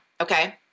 okay